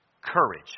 courage